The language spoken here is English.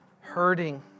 hurting